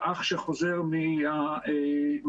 לאח שחוזר מהשבעה,